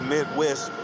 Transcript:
Midwest